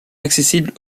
accessible